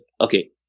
Okay